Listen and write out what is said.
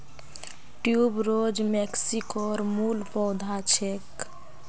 tuberose मेक्सिकोर मूल पौधा छेक